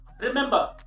Remember